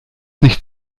nicht